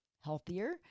healthier